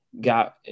got